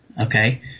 Okay